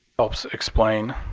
helps explain,